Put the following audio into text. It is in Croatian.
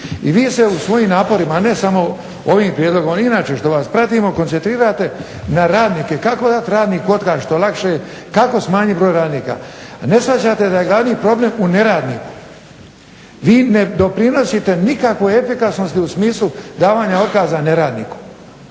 I vi se u svojim naporima, ne samo ovim prijedlogom, inače što vas pratimo koncentrirate na radnike, kako dat radniku otkaz što lakše, kako smanjit broj radnika, a ne shvaćate da je glavni problem u neradniku. Vi ne doprinosite nikakvoj efikasnosti u smislu davanja otkaza neradniku.